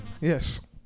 Yes